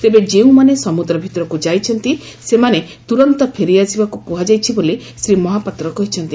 ତେବେ ଯେଉଁମାନେ ସମୁଦ୍ର ଭିତରକୁ ଯାଇଛନ୍ତି ସେମାନେ ତୁରନ୍ତ ଫେରିଆସିବାକୁ କୁହାଯାଇଛି ବୋଲି ଶ୍ରୀ ମହାପାତ୍ର କହିଛନ୍ତି